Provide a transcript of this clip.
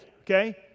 okay